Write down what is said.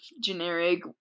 generic